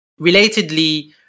relatedly